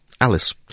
Alice